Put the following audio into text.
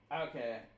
Okay